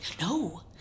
No